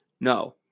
No